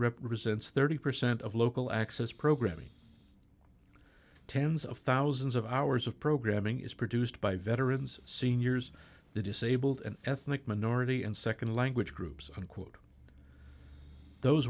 represents thirty percent of local access programming tens of thousands of hours of programming is produced by veterans seniors the disabled and ethnic minority and nd language groups unquote those